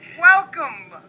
Welcome